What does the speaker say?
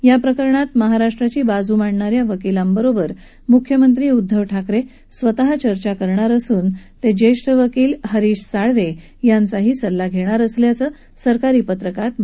या प्रकरणात महाराष्ट्राची बाजू मांडणा या वकीलांबरोबर मुख्यमंत्री उद्धव ठाकरे स्वतः चर्चा करणार असून ते ज्येष्ठ वकील हरीश साळवे यांच्याशीही चर्चा करतील असं सरकारी पत्रकात म्हटलं आहे